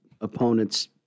opponent's